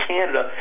Canada